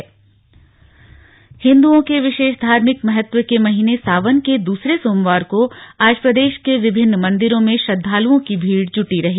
सावन हिंद्ओं के विशेष धार्मिक महत्व के महीने सावन के दूसरे सोमवार को आज प्रदेश के विभिन्न मंदिरों में श्रद्वालुओं की भीड़ जुटी रही